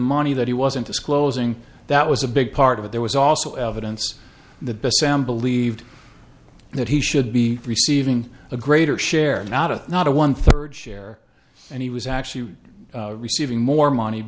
money that he wasn't disclosing that was a big part of it there was also evidence the best sam believed that he should be receiving a greater share not a not a one third share and he was actually receiving more money